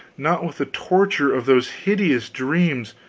not with the torture of those hideous dreams